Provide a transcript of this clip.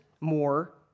more